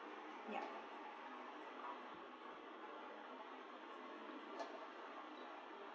ya